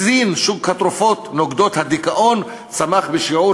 בסין שוק התרופות נוגדות הדיכאון צמח בשיעור